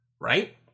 right